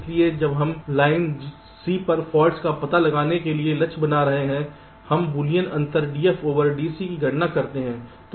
इसलिए जब से हम लाइन C पर फॉल्ट्स का पता लगाने के लिए लक्ष्य बना रहे हैं हम बूलियन अंतर dF dC की गणना करते हैं